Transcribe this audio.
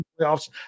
playoffs